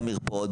במרפאות,